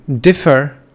differ